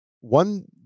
One